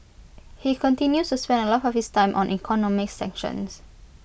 he continues to spend A lot of his time on economic sanctions